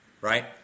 Right